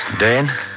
Dan